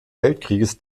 weltkriegs